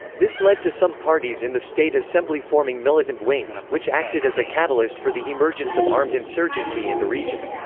this led to some parties in the state assembly forming militant wings, which acted as a catalyst for the emergence of armed insurgency in the region.